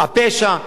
הפשע,